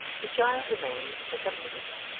the child remained, for some minutes,